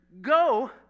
go